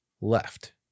left